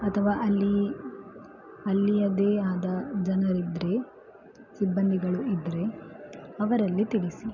ಅಥವಾ ಅಲ್ಲಿ ಅಲ್ಲಿಯದ್ದೇ ಆದ ಜನರಿದ್ದರೆ ಸಿಬ್ಬಂದಿಗಳು ಇದ್ದರೆ ಅವರಲ್ಲಿ ತೆಗೆಸಿ